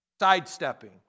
sidestepping